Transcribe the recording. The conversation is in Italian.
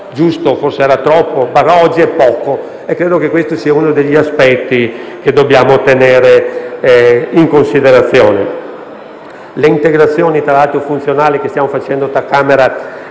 giusto, forse era in eccesso: ma oggi è poco, e credo che questo sia uno degli aspetti che dobbiamo tenere in considerazione. Le integrazioni funzionali che stiamo facendo tra Camera